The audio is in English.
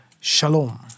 Shalom